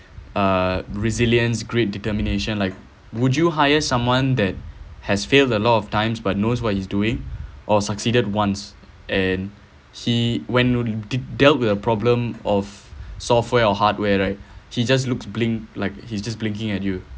uh resilience grit determination like would you hire someone that has failed a lot of times but knows what he's doing or succeeded once and he went only de~ dealt with the problem of software or hardware right he just looks blink like he's just blinking at you